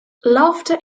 laughter